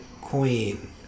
Queen